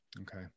Okay